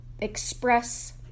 express